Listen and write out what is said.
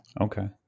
Okay